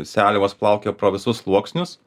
seliavos plaukioja pro visus sluoksnius